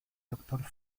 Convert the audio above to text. doctor